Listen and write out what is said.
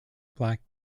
black